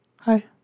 hi